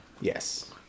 Yes